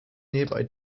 nearby